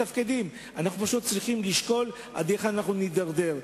אנחנו פשוט צריכים לשאול, עד היכן אנחנו נידרדר?